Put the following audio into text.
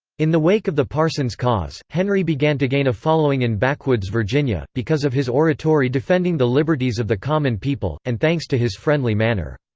in the wake of the parson's cause, henry began to gain a following in backwoods virginia, because of his oratory defending the liberties of the common people, and thanks to his friendly manner.